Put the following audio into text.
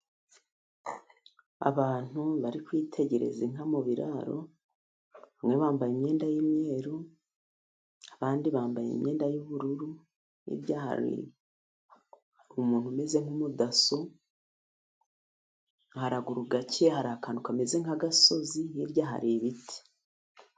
Abantu bari kwitegereza inka mu biraro bamwe bambaye imyenda y'imyeru, kandi bambaye imyenda y'ubururu, hirya hari umuntu umeze nk' umudaso, haruguru gake hari akantu kameze nk'agasozi hirya hari ibiti.